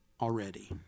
already